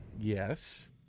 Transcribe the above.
yes